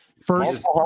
First